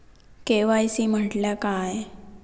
KYC म्हटल्या काय?